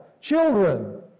Children